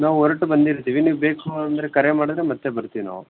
ನಾವು ಹೊರಟು ಬಂದಿರ್ತೀವಿ ನೀವು ಬೇಕು ಅಂದರೆ ಕರೆ ಮಾಡಿದರೆ ಮತ್ತೆ ಬರ್ತೀವಿ ನಾವು